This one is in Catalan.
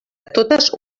totes